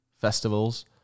festivals